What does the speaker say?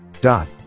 dot